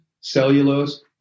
cellulose